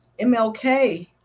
MLK